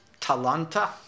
talanta